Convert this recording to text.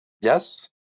Yes